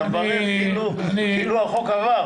אתה מברך כאילו החוק עבר.